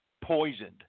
poisoned